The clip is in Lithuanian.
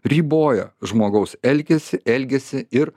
riboja žmogaus elgesį elgesį ir